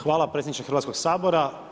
Hvala predsjedniče Hrvatskog sabora.